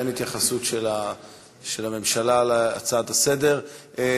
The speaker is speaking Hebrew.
אין התייחסות של הממשלה להצעה לסדר-היום.